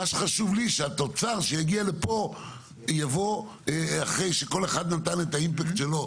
מה שחשוב לי שהתוצר שיגיע לפה יבוא אחרי שכל אחד נתן את האימפקט שלו